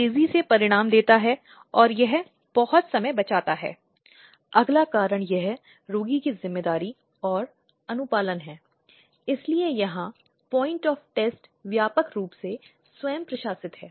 और उस संदर्भ में जो कानून विशेष रूप से महिलाओं की सुरक्षा के लिए घरेलू हिंसा अधिनियम 2005 से जिसे पारित किया गया है और प्रश्न में उस अधिनियम का अंतर्निहित अभिप्राय और उद्देश्य क्या है